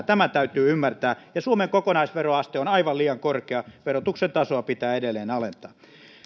tämä täytyy ymmärtää suomen kokonaisveroaste on aivan liian korkea verotuksen tasoa pitää edelleen alentaa